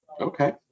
Okay